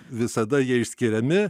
visada jie išskiriami